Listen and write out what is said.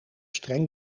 streng